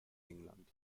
england